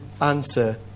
answer